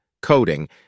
coding